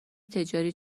تجاری